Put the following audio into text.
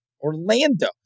Orlando